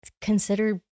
consider